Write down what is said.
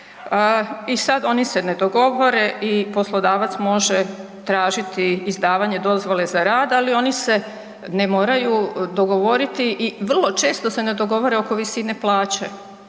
i sad oni se ne dogovore i poslodavac može tražiti izdavanje dozvole za rad, ali oni se ne moraju dogovoriti i vrlo često se ne dogovore oko visine plaće,